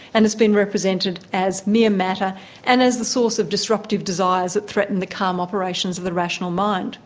and has been represented as mere matter and as the source of disruptive desires that threaten the calm operations of the rational mind